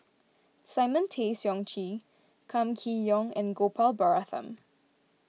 Simon Tay Seong Chee Kam Kee Yong and Gopal Baratham